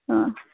ಹಾಂ